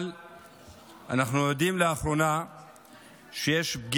אבל אנחנו עדים לאחרונה לפגיעה,